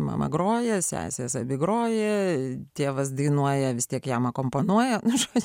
mama groja sesės abi groja dievas dainuoja vis tiek jam akompanuoja miškas